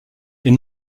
est